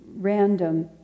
random